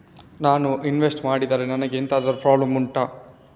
ನಾನು ಇನ್ವೆಸ್ಟ್ ಮಾಡಿದ್ರೆ ನನಗೆ ಎಂತಾದ್ರು ಪ್ರಾಬ್ಲಮ್ ಉಂಟಾ